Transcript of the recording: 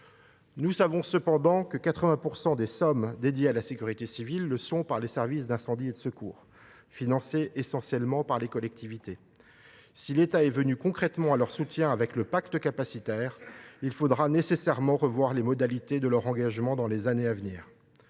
Nous savons cependant que 80 % des sommes dédiées à la sécurité civile le sont par les services départementaux d’incendie et de secours, qui sont essentiellement financés par les collectivités. Certes, l’État est venu concrètement à leur soutien, au moyen du pacte capacitaire. Mais il faudra nécessairement revoir les modalités de leur engagement dans les années à venir.